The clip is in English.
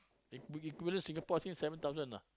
equivalent Singapore think seven thousand ah